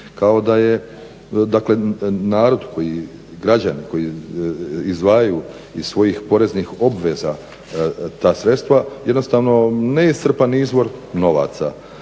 kao da je narod, građani koji izdvajaju iz svojih poreznih obveza ta sredstva jednostavno neiscrpan izvor novaca.